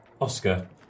Oscar